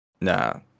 nah